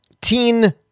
teen